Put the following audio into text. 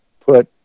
put